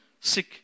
sick